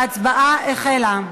ההצעה החלה.